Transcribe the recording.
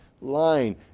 line